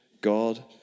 God